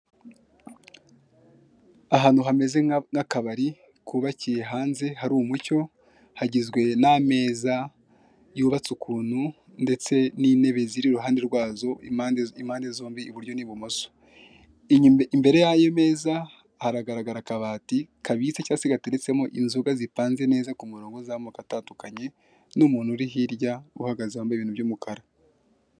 ahantu hameze nk'akabari kubakiye hanze hari umucyo hagizwe n'ameza yubatse ukuntu ndetse n'intebe ziri uruhande rwazo i mpande zompi iburyo n'ibumoso. imbere yayo meza haragara akabati kabitse cyangwa se gateretsemo inzoga zipanze neza ku muronko z'amoko atandukanye n'umuntu uri hirya uhagaze wambaye ibintu by'umukara.